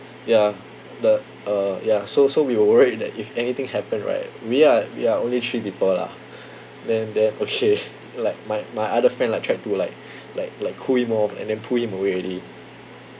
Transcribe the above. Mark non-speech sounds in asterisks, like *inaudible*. ya the uh ya so so we were worried that if anything happened right we are we are only three people lah then then okay *laughs* like my my other friend like tried to like like like cool him off and then pull him away already